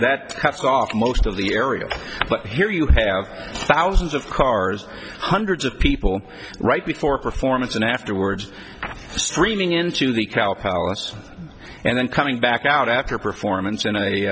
that cuts off most of the area but here you have thousands of cars hundreds of people right before a performance and afterwards streaming into the cow palace and then coming back out after a performance in a